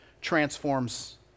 transforms